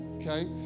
okay